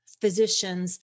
physicians